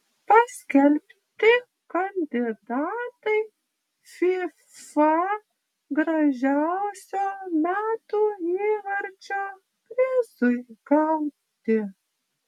paskelbti kandidatai fifa gražiausio metų įvarčio prizui gauti